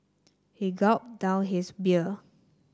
he gulped down his beer